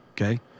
Okay